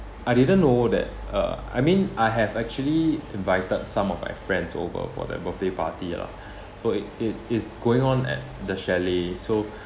I didn't know that uh I mean I have actually invited some of my friends over for that birthday party lah so it it is going on at the chalet so